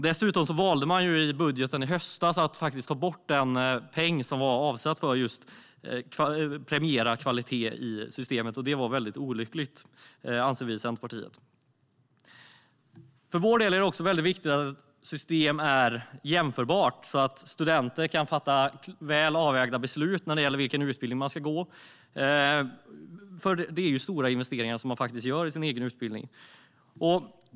Dessutom valde man att i höstens budget ta bort den peng som var avsedd för att just premiera kvalitet i systemet, vilket Centerpartiet anser var olyckligt. För vår del är det också viktigt att system är jämförbara så att studenter kan fatta väl avvägda beslut när det gäller vilken utbildning de ska gå. De gör ju en stor investering i sin utbildning.